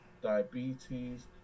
diabetes